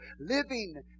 living